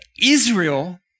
Israel